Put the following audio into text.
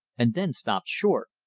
and then stopped short.